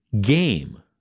game